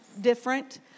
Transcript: different